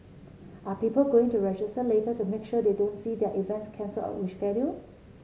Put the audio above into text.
are people going to register later to make sure they don't see their events cancel or rescheduled